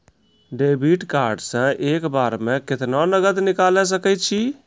Debit card से एक बार मे केतना नगद निकाल सके छी?